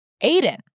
Aiden